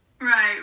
Right